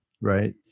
Right